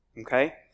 Okay